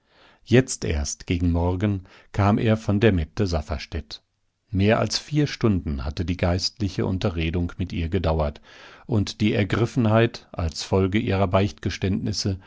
jetzt erst gegen morgen kam er von der mette safferstätt mehr als vier stunden hatte die geistliche unterredung mit ihr gedauert und die ergriffenheit als folge ihrer